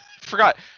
forgot